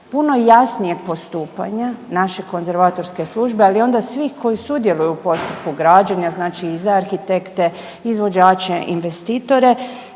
puno jasnije postupanja naše konzervatorske službe, ali onda svi koji sudjeluju u postupku građenja, znači i za arhitekte, izvođače, investitore.